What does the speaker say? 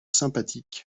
sympathique